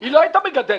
היא לא הייתה מגדלת.